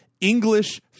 English